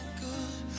good